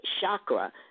chakra